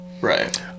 Right